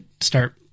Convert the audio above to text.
start